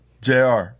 Jr